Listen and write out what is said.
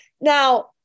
Now